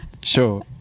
Sure